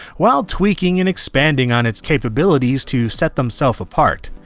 while tweaking and expanding on its capabilities to set themselves apart.